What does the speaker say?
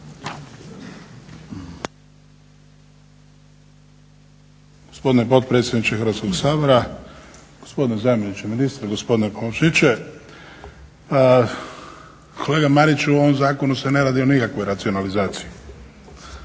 Hvala i vama.